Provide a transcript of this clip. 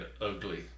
ugly